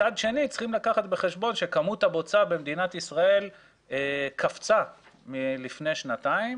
מצד שני צריך לקחת בחשבון שכמות הבוצה במדינת ישראל קפצה לפני שנתיים